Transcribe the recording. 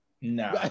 No